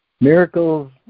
Miracles